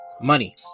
money